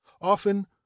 often